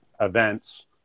events